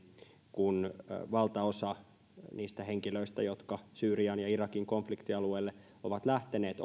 kun valtaosa niistä henkilöistä jotka syyrian ja irakin konfliktialueille ovat lähteneet